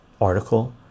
article